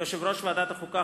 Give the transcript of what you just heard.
יושב-ראש ועדת החוקה,